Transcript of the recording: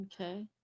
Okay